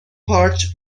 پارچ